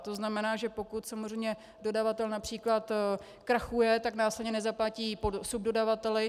To znamená, že pokud samozřejmě dodavatel například krachuje, tak následně nezaplatí subdodavateli.